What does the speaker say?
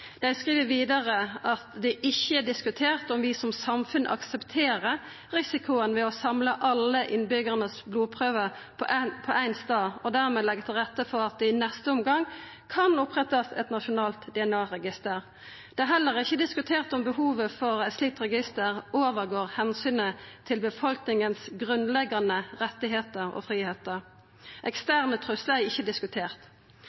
Dei skriv vidare at det ikkje er diskutert om vi som samfunn aksepterer risikoen ved å samla alle blodprøvene til innbyggjarane på éin stad, og dermed leggja til rette for at det i neste omgang kan opprettast eit nasjonalt DNA-register. Det er heller ikkje diskutert om behovet for eit slikt register står over omsynet til grunnleggjande rettar og